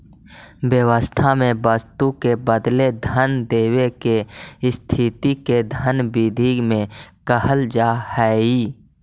व्यवस्था में वस्तु के बदले धन देवे के स्थिति के धन विधि में कहल जा हई